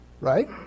Right